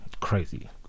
Crazy